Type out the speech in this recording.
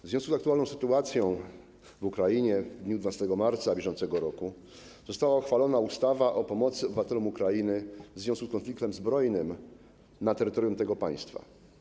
W związku z aktualną sytuacją w Ukrainie w dniu 12 marca br. została uchwalona ustawa o pomocy obywatelom Ukrainy w związku z konfliktem zbrojnym na terytorium tego państwa.